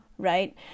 right